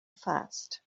fast